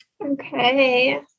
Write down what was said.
Okay